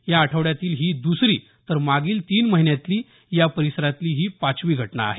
या आठवड्यातील ही द्सरी तर मागील तीन महिन्यांतली या परिसरातली ही पाचवी घटना आहे